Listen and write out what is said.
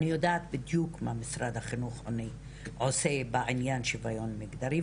אני יודעת בדיוק מה משרד החינוך עושה בענין השיוויון המגדרי,